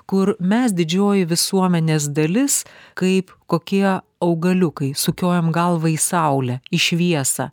kur mes didžioji visuomenės dalis kaip kokie augaliukai sukiojam galvą į saulę į šviesą